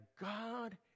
God